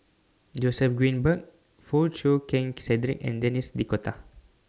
Joseph Grimberg Foo Chee Keng Cedric and Denis D'Cotta